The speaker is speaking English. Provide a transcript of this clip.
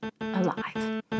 alive